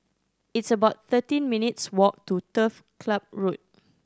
it's about thirteen minutes' walk to Turf Club Road